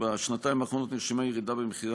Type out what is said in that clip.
בשנתיים האחרונות נרשמה ירידה במחירי